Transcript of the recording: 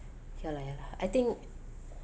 ya lah ya lah I think